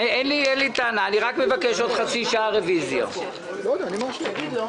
אמור לוועדה מהי רשימת